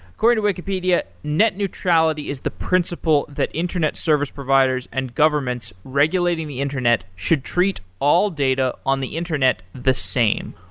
according to wikipedia, net neutrality is the principle that internet service providers and governments regulating the internet should treat all data on the internet the same.